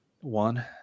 one